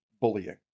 bullying